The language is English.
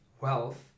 wealth